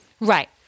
Right